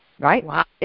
Right